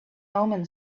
omen